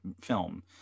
film